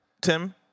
Tim